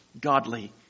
godly